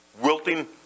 wilting